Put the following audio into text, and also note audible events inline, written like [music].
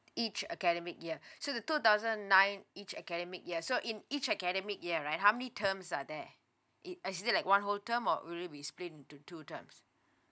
each academic year [breath] so the two thousand nine each academic year so in each academic year right how many terms are there it uh is there like one whole term or will be split into two terms